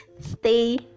stay